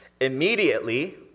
Immediately